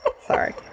Sorry